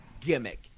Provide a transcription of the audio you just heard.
gimmick